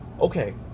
okay